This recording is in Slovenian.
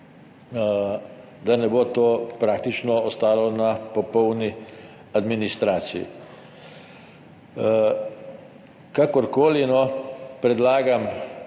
da ne bo to praktično ostalo na popolni administraciji. Kakorkoli, predlagam,